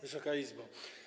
Wysoka Izbo!